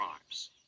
crimes